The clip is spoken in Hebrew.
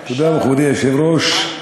תודה, מכובדי היושב-ראש.